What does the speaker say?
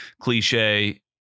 cliche